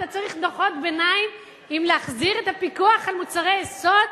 אתה צריך דוחות ביניים אם להחזיר את הפיקוח על מוצרי יסוד?